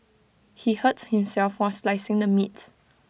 he hurt himself while slicing the meat